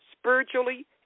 spiritually